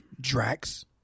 drax